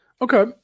Okay